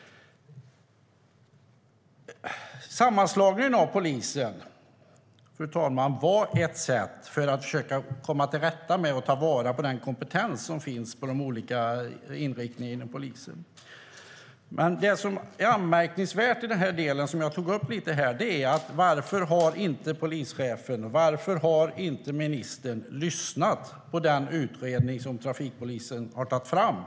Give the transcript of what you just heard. Sammanslagningen av polisen var ett sätt, fru talman, att försöka komma till rätta med och ta vara på den kompetens som finns hos de olika inriktningarna inom polisen. Anmärkningsvärt i den här delen är varför polischefen och ministern inte har lyssnat på den utredning som trafikpolisen tagit fram.